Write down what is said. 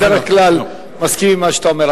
אני בדרך כלל מסכים עם מה שאתה אומר,